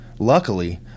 Luckily